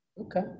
Okay